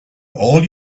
all